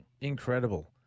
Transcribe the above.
Incredible